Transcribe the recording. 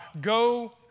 Go